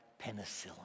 penicillin